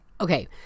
Okay